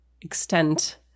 extent